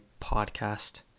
podcast